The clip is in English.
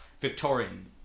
Victorian